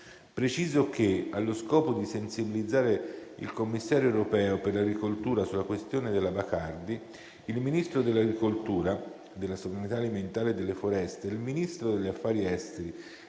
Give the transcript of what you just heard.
Preciso che, allo scopo di sensibilizzare il commissario europeo per l'agricoltura sulla questione della Bacardi, il Ministro dell'agricoltura, della sovranità alimentare e delle foreste e il Ministro degli affari esteri